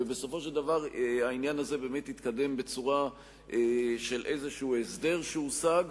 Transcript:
ובסופו של דבר העניין הזה התקדם בצורה של הסדר כלשהו שהושג.